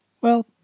Well